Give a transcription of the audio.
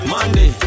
Monday